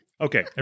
Okay